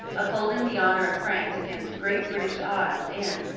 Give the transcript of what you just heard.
upholding the honour of france against great british odds and,